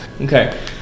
Okay